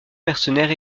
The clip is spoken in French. mercenaire